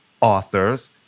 authors